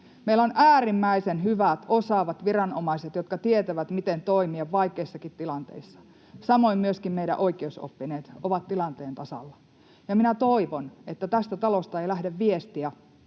Meillä on äärimmäisen hyvät, osaavat viranomaiset, jotka tietävät, miten toimia vaikeissakin tilanteissa. Samoin myöskin meidän oikeusoppineet ovat tilanteen tasalla. Ja minä toivon, että tästä talosta ei lähde viestiä,